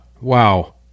Wow